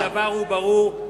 הדבר הוא ברור.